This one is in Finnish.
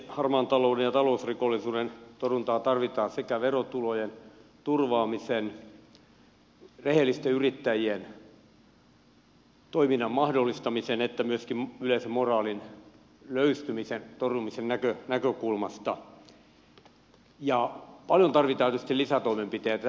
harmaan talouden ja talousrikollisuuden torjuntaa tarvitaan sekä verotulojen turvaamisen rehellisten yrittäjien toiminnan mahdollistamisen että myöskin yleisen moraalin löystymisen torjumisen näkökulmasta ja paljon tarvitaan tietysti lisätoimenpiteitä